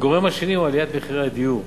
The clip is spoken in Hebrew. הגורם השני הוא עליית מחירי הדיור,